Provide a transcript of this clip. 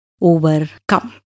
overcome